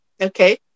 Okay